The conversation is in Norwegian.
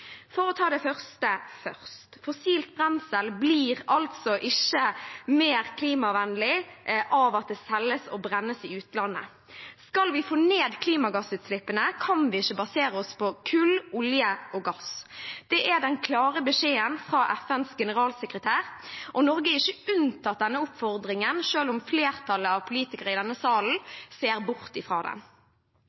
For å ta det første først: Fossilt brensel blir ikke mer klimavennlig av at det selges og brennes i utlandet. Skal vi få ned klimagassutslippene, kan vi ikke basere oss på kull, olje og gass. Det er den klare beskjeden fra FNs generalsekretær, og Norge er ikke unntatt denne oppfordringen selv om flertallet av politikere i denne salen ser bort fra den.